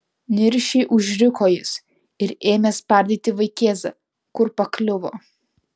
niršiai užriko jis ir ėmė spardyti vaikėzą kur pakliuvo